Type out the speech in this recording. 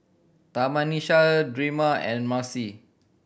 Tamisha Drema and Marcie